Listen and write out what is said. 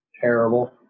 terrible